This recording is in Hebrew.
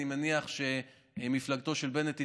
אני מניח שמפלגתו של בנט תצטרף,